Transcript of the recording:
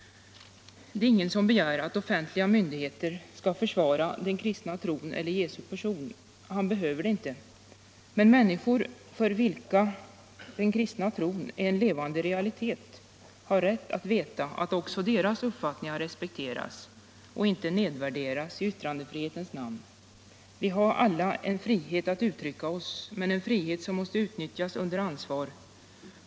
Det är ingen som begär att offentliga myndigheter skall försvara den kristna tron eller Jesu person. Han behöver det inte. Men människor för vilka den kristna tron är en levande realitet har rätt att veta att också deras uppfattningar respekteras och inte nedvärderas i yttrandefrihetens namn. Vi har alla en frihet att uttrycka oss, men en frihet som måste utnyttjas under ansvar.